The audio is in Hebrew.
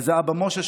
זה אבא משה,